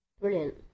Brilliant